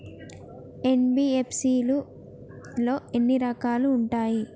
NBFC లో ఎన్ని రకాలు ఉంటాయి?